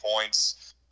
points